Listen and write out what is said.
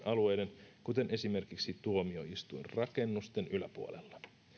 alueiden kuten esimerkiksi tuomioistuinrakennusten yläpuolella